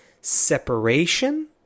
separation